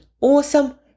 awesome